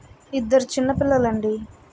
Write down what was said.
ఇద్దరు చిన్నపిల్లలండి